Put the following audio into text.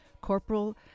Corporal